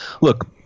Look